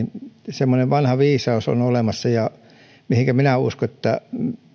semmoinen vanha viisaus on olemassa mihin minä uskon että